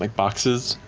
like boxes,